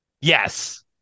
Yes